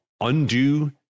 undo